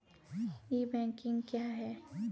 ई banking क्या हैं?